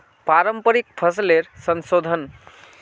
पारंपरिक फसलेर संशोधन